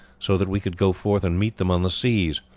so that we could go forth and meet them on the seas.